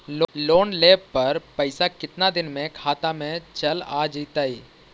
Loan लेब पर पैसा कितना दिन में खाता में चल आ जैताई?